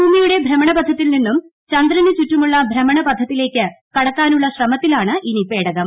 ഭൂമിയുടെ ഭ്രമണപഥത്തിൽ നിന്നും ചന്ദ്രന് ചുറ്റുമുള്ള ഭ്രമണ പഥത്തിലേക്ക് കടക്കാനുള്ള ശ്രമത്തിലാണ് ഇനി പേടകം